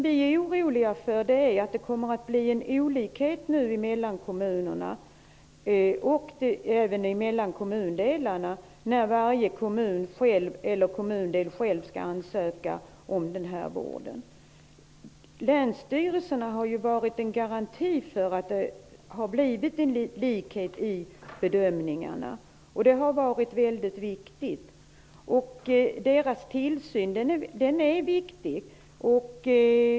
Vi är oroliga för att det blir olikheter mellan kommunerna och även mellan kommundelarna när varje kommun eller kommundel själv skall ansöka om den här vården. Länsstyrelserna har ju varit en garanti för likhet i bedömningarna. Det har varit väldigt viktigt. Länsstyrelsernas tillsyn är viktig.